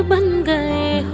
um and